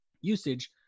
usage